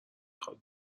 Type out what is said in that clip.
خواد